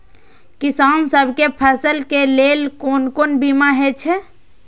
किसान सब के फसल के लेल कोन कोन बीमा हे छे?